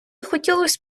хотілось